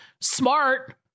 smart